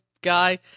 guy